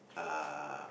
uh